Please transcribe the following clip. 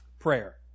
Prayer